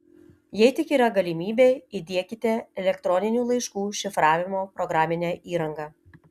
jei tik yra galimybė įdiekite elektroninių laiškų šifravimo programinę įrangą